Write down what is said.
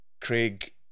Craig